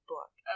book